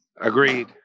Agreed